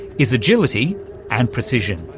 is agility and precision.